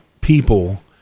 people